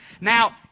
Now